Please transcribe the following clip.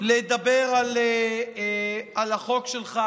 לדבר על החוק שלך.